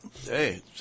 hey